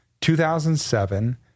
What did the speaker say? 2007